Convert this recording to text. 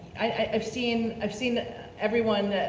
i've seen i've seen everyone,